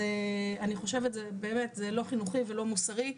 אלא אני חושבת שזה לא חינוכי ולא מוסרי,